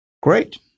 Great